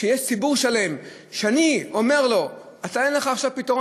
כשיש ציבור שלם שאני אומר לו: אין לך פתרון,